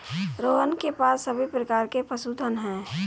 रोहन के पास सभी प्रकार के पशुधन है